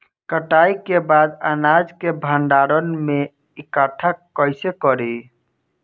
कटाई के बाद अनाज के भंडारण में इकठ्ठा कइसे करी?